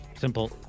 simple